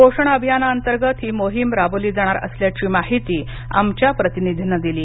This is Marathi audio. पोषण अभियाना अंतर्गत ही मोहीम राबवली जाणार असल्याची माहिती आमच्या प्रतिनिधीनं दिली